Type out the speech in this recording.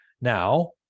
Now